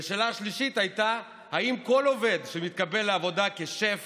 ושאלה שלישית הייתה אם כל עובד שמתקבל לעבודה כשף